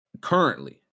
currently